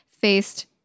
faced